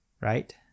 Right